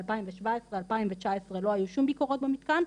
בשנים 2019-2017 לא היו שום ביקורות במתקן,